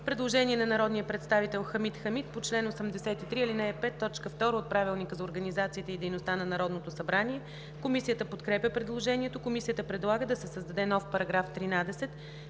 Предложение на народния представител Хамид Хамид по чл. 83, ал. 5, т. 2 от Правилника за организацията и дейността на Народното събрание. Комисията подкрепя предложението. Комисията предлага да се създаде нов § 13: „§ 13.